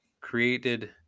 created